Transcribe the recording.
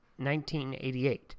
1988